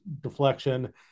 deflection